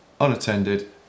unattended